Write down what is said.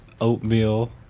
oatmeal